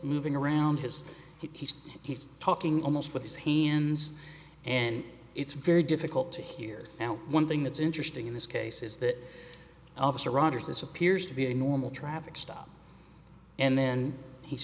moving around his he's he's talking almost with his hands and it's very difficult to hear now one thing that's interesting in this case is that the officer rogers this appears to be a normal traffic stop and then he's